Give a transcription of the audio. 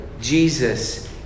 Jesus